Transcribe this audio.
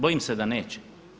Bojim se da neće.